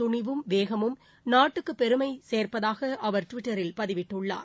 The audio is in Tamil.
துணிவும் வேகமும் நாட்டுக்குப் பெருமை சேர்ப்பதாக அவர் டுவிட்டரில் அவர்களின் பதிவிட்டுள்ளார்